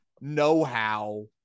know-how